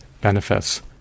benefits